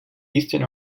eastern